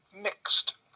mixed